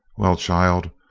well, child,